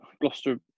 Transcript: Gloucester